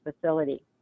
facility